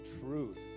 truth